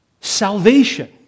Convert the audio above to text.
Salvation